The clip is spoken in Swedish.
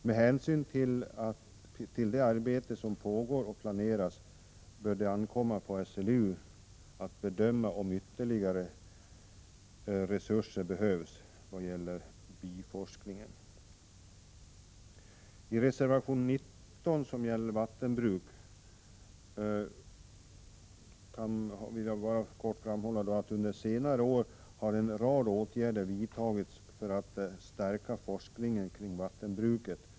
Men hänsyn till det arbete som pågår och planeras bör det ankomma på SLU att bedöma om ytterligare resurser för biforskningen behövs. Reservation 19 gäller vattenbruket. Under senare år har en rad åtgärder vidtagits för att stärka forskningen kring vattenbruket.